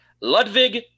Ludwig